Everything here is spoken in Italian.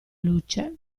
luce